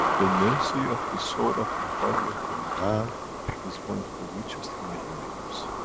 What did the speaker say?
the nursery of the soul of the body of the man is one of the richest in the universe.